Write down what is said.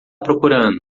procurando